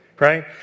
Right